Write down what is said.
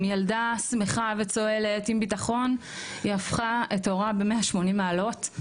מילדה שמחה וצוהלת עם ביטחון היא הפכה את עורה ב-180 מעלות.